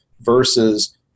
versus